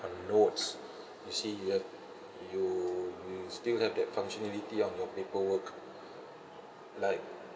uh notes you see you have you you still have that functionality on your paperwork like